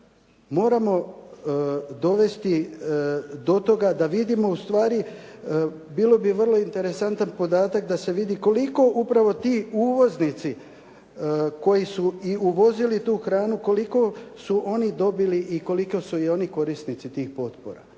Moramo dovesti do toga da vidimo ustvari, bio bi vrlo interesantan podatak da se vidi koliko upravo ti uvoznici koji su i uvozili tu hranu, koliko su i oni dobili i koliko su i oni korisnici tih potpora.